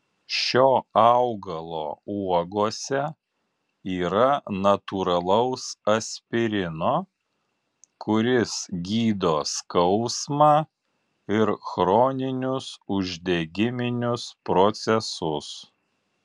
šio augalo uogose yra natūralaus aspirino kuris gydo skausmą ir chroninius uždegiminius procesus